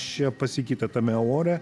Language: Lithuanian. čia pasikeitė tame ore